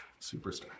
Superstar